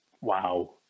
Wow